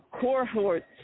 cohorts